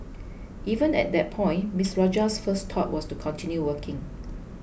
even at that point Ms Rajah's first thought was to continue working